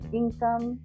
income